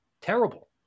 terrible